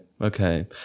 okay